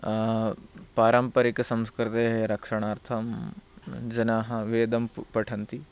पारम्परिकसंस्कृतेः रक्षणार्थं जनाः वेदं पठन्ति